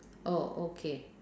oh okay